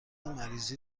مریضی